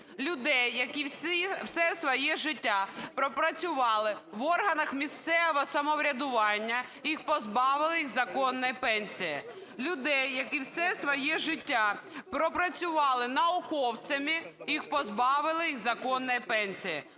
Людей, які все своє життя пропрацювали в органах місцевого самоврядування, їх позбавили їх законної пенсії. Людей, які все своє життя пропрацювали науковцями, їх позбавили їх законної пенсії.